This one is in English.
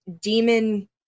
demon